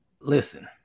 Listen